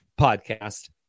podcast